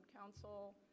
Council